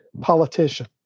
politician